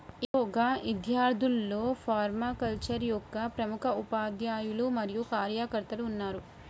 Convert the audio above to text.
ఇగో గా ఇద్యార్థుల్లో ఫర్మాకల్చరే యొక్క ప్రముఖ ఉపాధ్యాయులు మరియు కార్యకర్తలు ఉన్నారు